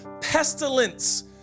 pestilence